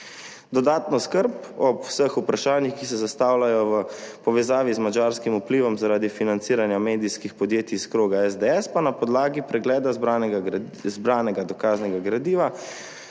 Dodatno skrb ob vseh vprašanjih, ki se zastavljajo v povezavi z madžarskim vplivom zaradi financiranja medijskih podjetij iz kroga SDS, pa na podlagi pregleda zbranega dokaznega gradiva